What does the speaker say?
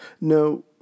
No